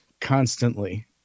constantly